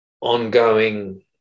ongoing